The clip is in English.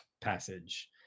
passage